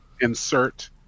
insert